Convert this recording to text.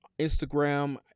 Instagram